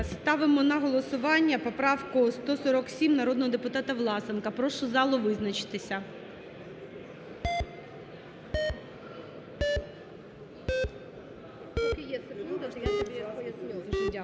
Ставимо на голосування поправку 147 народного депутата Власенка. Прошу залу визначитись.